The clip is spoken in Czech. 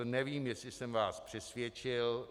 Nevím, jestli jsem vás přesvědčil.